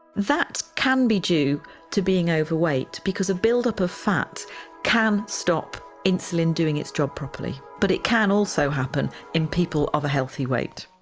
that can be due to being overweight because a build up of fat can stop insulin doing its job properly but it can also happen in people of a healthy weight.